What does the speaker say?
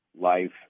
life